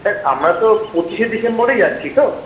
sir আমরা তো পঁচিশে ডিসেম্বরই যাচ্ছি তো